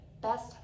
best